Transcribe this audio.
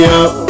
up